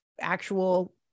actual